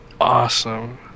awesome